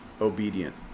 obedient